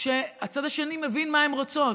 שהצד השני מבין מה הן רוצות.